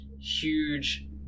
huge